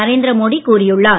நரேந்திர மோடி கூறியுள்ளார்